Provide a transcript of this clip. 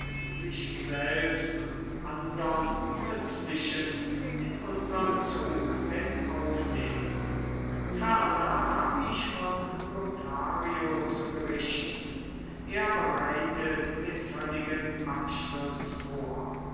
sich selbst und andern nützlichen in unsern zug mit aufnehmen ferner hab ich von lothario zu berichten er bereitet den völligen abschluß vor